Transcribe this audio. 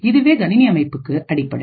இதுவே கணினி அமைப்புக்கு அடிப்படை